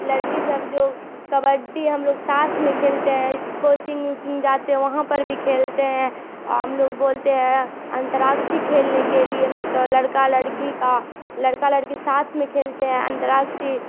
لڑکی سب جو کبڈی ہم لوگ ساتھ میں کھیلتے ہیں کوچنگ ووچنگ جاتے ہیں وہاں پر بھی کھیلتے ہیں او ہم لوگ بولتے ہیں انتراکچھڑی کھیلنے کے لیے مطلب لڑکا لڑکی کا لڑکا لڑکی ساتھ میں کھیلتے ہیں انتراکچھڑی